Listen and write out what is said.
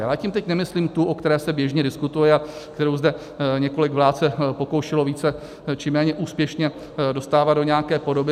Ale tím teď nemyslím tu, o které se běžně diskutuje a kterou zde několik vlád se pokoušelo více či méně úspěšně dostávat do nějaké podoby.